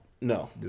No